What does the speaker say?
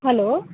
hello